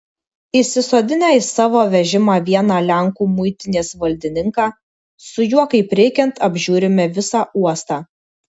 įsisodinę į savo vežimą vieną lenkų muitinės valdininką su juo kaip reikiant apžiūrime visą uostą